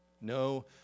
No